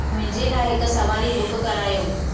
मुंहिंजे लाइ हिकु सवारी बुक करायो